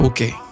Okay